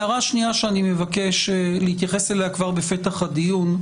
הערה שנייה שאני מבקש להתייחס אליה כבר בפתח הדיון,